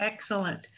Excellent